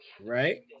right